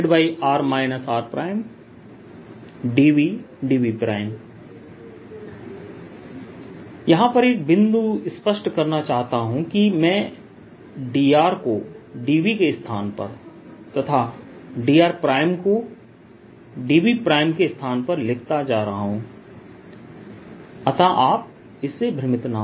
dVdV यहां पर एक बिंदु स्पष्ट करना चाहता हूं कि मैं dr को dV के स्थान पर तथा dr' को dV' के स्थान पर लिखता जा रहा हूं अतः आप इस से भ्रमित ना हो